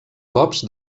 cops